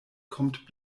kommt